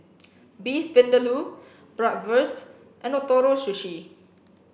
Beef Vindaloo Bratwurst and Ootoro Sushi